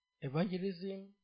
Evangelism